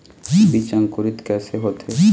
बीज अंकुरित कैसे होथे?